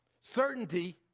Certainty